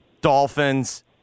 Dolphins